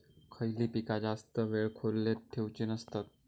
खयली पीका जास्त वेळ खोल्येत ठेवूचे नसतत?